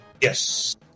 Yes